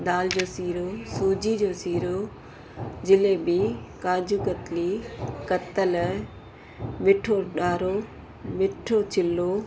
दाल जो सीरो सूजी जो सीरो जलेबी काजू कतली कतल मिठो ॾारो मिठो चिल्लो